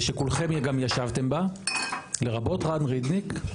זה שכולכם גם ישבתם בה, לרבות רן רידניק.